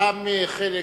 תם חלק